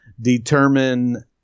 determine